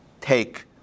take